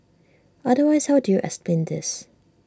otherwise how do you explain this